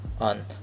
On